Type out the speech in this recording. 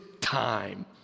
time